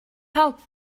helped